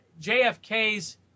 JFK's